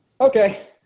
okay